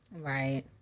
Right